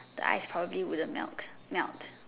ice hockey wouldn't milk melt